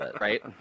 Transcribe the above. right